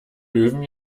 löwen